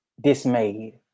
dismayed